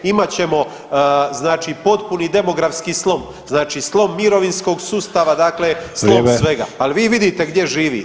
Imat ćemo znači potpuni demografski slom, znači slom mirovinskog sustava, dakle [[Upadica: Vrijeme]] slom svega, al vi vidite gdje živite?